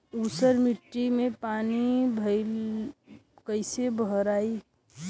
ऊसर मिट्टी में पानी कईसे भराई?